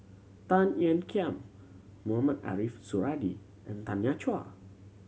Tan Ean Kiam Mohamed Ariff Suradi and Tanya Chua